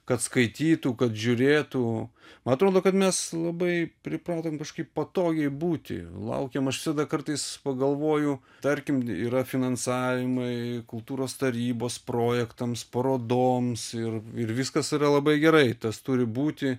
kad skaitytų kad žiūrėtų man atrodo kad mes labai pripratom kažkaip patogiai būti laukiam aš visada kartais pagalvoju tarkim yra finansavimai kultūros tarybos projektams parodoms ir ir viskas yra labai gerai tas turi būti